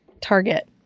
Target